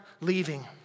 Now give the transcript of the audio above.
leaving